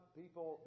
people